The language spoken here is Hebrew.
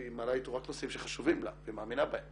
--- היא מעלה איתו רק נושאים שחשובים לה והיא מאמינה בהם